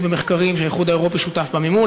במחקרים שהאיחוד האירופי שותף במימון